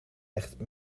echt